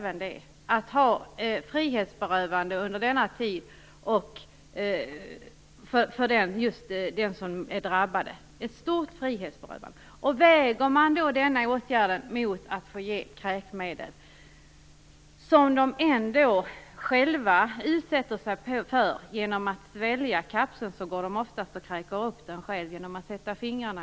Ett frihetsberövande under denna tid är en mycket ingripande åtgärd för den som det gäller. Användande av kräkmedel påminner om det som vederbörande ändå själv utsätter sig för. Efter att ha svalt kapseln sätter man oftast själv fingrarna i munnen och kräks upp kapseln.